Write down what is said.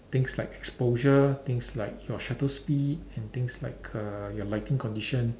things like exposure things like your shutter speed and things like uh your lighting condition